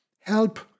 help